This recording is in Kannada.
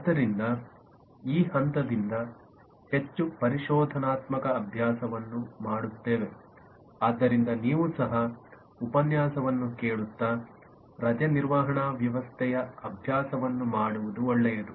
ಆದ್ದರಿಂದ ಈ ಹಂತದಿಂದ ಹೆಚ್ಚು ಪರಿಶೋಧನಾತ್ಮಕ ಅಭ್ಯಾಸವನ್ನು ಮಾಡುತ್ತೇನೆ ಆದ್ದರಿಂದ ನೀವು ಸಹ ಉಪನ್ಯಾಸವನ್ನು ಕೇಳುತ್ತಾ ರಜೆ ನಿರ್ವಹಣಾ ವ್ಯವಸ್ಥೆಯ ಅಭ್ಯಾಸವನ್ನು ಮಾಡುವುದು ಒಳ್ಳೆಯದು